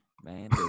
Man